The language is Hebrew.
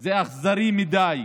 זה אכזרי מדי.